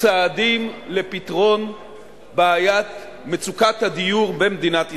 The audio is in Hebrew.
צעדים לפתרון בעיית מצוקת הדיור במדינת ישראל.